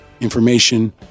information